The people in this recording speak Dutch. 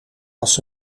was